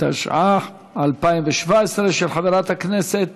התשע"ח 2017, חברת הכנסת